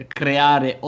creare